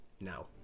now